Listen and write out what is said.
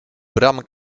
bram